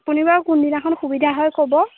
আপুনি বাৰু কোনদিনাখন সুবিধা হয় ক'ব